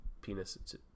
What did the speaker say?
penis